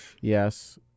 Yes